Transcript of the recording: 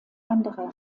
andere